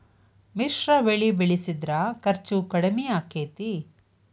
ಮಿಶ್ರ ಬೆಳಿ ಬೆಳಿಸಿದ್ರ ಖರ್ಚು ಕಡಮಿ ಆಕ್ಕೆತಿ?